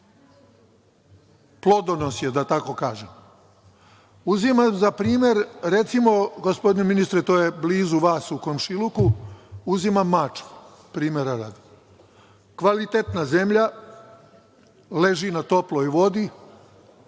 plodonosje, da tako kažem. Uzimam za primer, recimo, gospodine ministre, to je blizu vas u komšiluku, uzimam Mačvu, primera radi. Kvalitetna zemlja, leži na toploj vodi,